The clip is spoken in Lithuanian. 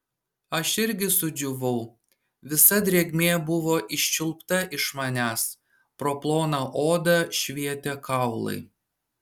aš irgi sudžiūvau visa drėgmė buvo iščiulpta iš manęs pro ploną odą švietė kaulai